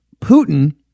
Putin